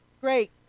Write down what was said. Great